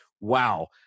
wow